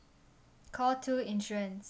call two insurance